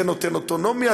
זה נותן אוטונומיה,